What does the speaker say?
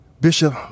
Bishop